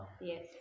yes